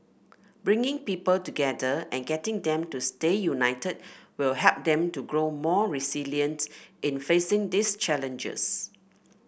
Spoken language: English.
bringing people together and getting them to stay united will help them to grow more resilient in facing these challenges